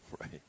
right